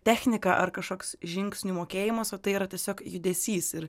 technika ar kažkoks žingsnių mokėjimas o tai yra tiesiog judesys ir